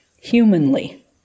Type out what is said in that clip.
humanly